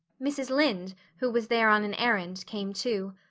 mrs. lynde, who was there on an errand, came too.